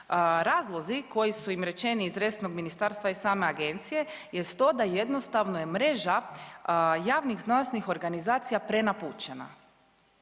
Razlozi koji su im rečeni iz resornog ministarstva i same agencije jest to da jednostavno je mreža javnih znanstvenih organizacija prenapučena.